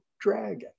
dragon